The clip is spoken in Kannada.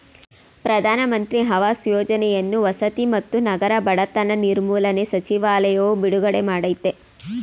ಪ್ರಧಾನ ಮಂತ್ರಿ ಆವಾಸ್ ಯೋಜನೆಯನ್ನು ವಸತಿ ಮತ್ತು ನಗರ ಬಡತನ ನಿರ್ಮೂಲನೆ ಸಚಿವಾಲಯವು ಬಿಡುಗಡೆ ಮಾಡಯ್ತೆ